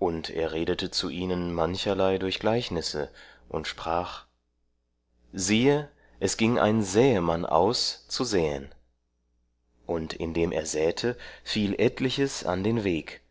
und er redete zu ihnen mancherlei durch gleichnisse und sprach siehe es ging ein säemann aus zu säen und indem er säte fiel etliches an den weg